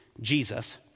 Jesus